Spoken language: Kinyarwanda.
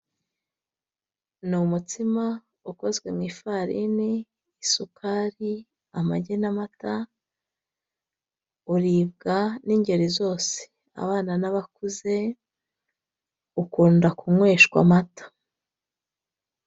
Ni umutsima ukozwe mu ifarini, isukari, amagi n'amata uribwa ningeri zose abana n'abakuze, ukunda kunyweshwa amata.